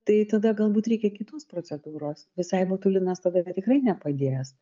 tai tada galbūt reikia kitos procedūros visai botulinas tada tikrai nepadės